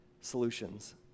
solutions